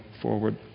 forward